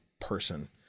person